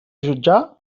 jutjar